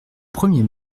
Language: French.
premier